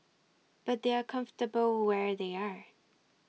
but they are comfortable where they are